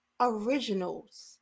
originals